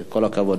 כל הכבוד.